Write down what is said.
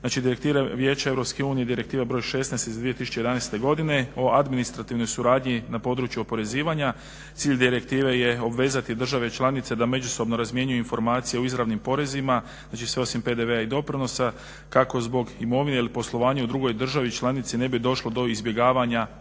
Znači, direktive Vijeća EU, Direktiva br. 16./2011. o administrativnoj suradnji na području oporezivanja. Cilj direktive je obvezati države članice da međusobno izmjenjuju informacije o izravnim porezima, znači sve osim PDV-a i doprinosa, kako zbog imovine ili poslovanja u drugoj državi članici ne bi došlo do izbjegavanja